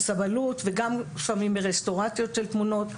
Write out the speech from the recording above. סבלות וגם לפעמים מרסטורציות של תמונות.